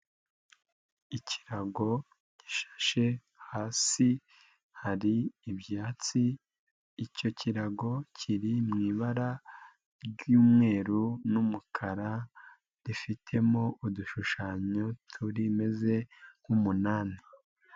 Ikirago gishashe hasi hari ibyatsi icyo kirago kiri mu ibara ry'mweru n'umukara rifitemo udushushanyo turimeze nk'umunani.